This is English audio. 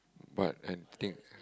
but I think